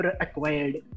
acquired